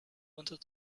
wanted